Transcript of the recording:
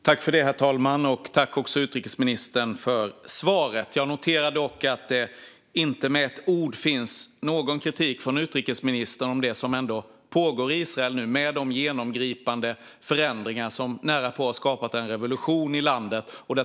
Herr talman! Jag tackar utrikesministern för svaret. Jag noterar dock att det inte med ett ord finns någon kritik från utrikesministern om det som ändå pågår i Israel med de genomgripande förändringar som närapå har skapat en revolution i landet.